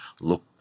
look